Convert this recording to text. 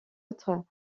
autres